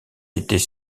était